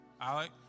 Alex